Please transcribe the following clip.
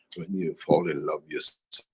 when you fall in love you suffer,